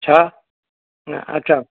छा न अछा